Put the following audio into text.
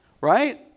right